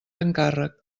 encàrrec